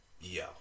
Yo